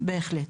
בהחלט.